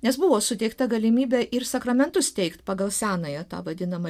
nes buvo suteikta galimybė ir sakramentus teikt pagal senąją tą vadinamą